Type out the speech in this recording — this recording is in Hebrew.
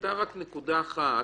היתה רק נקודה אחת